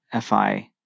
FI